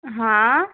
हाँ